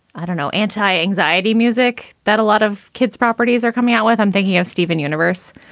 i don't know, antianxiety music that a lot of kids properties are coming out with. i'm thinking of steven universe,